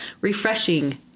Refreshing